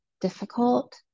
difficult